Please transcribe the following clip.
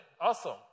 awesome